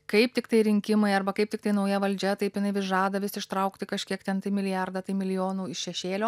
kaip tiktai rinkimai arba kaip tiktai nauja valdžia taip jinai vis žada vis ištraukti kažkiek ten tai milijardą tai milijonų iš šešėlio